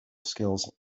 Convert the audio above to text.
skills